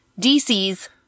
DC's